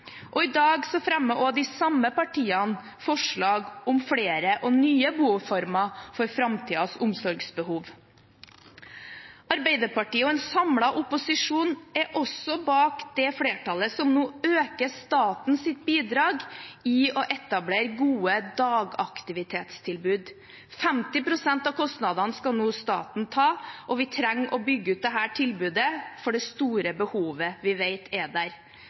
Og i dag fremmet de samme partiene også forslag om flere og nye boformer for framtidens omsorgsbehov. Arbeiderpartiet og en samlet opposisjon står også bak det flertallet som nå øker statens bidrag når det gjelder å etablere gode dagaktivitetstilbud. 50 pst. av kostnadene skal nå staten ta, og vi trenger å bygge ut dette tilbudet for det store behovet vi vet er der.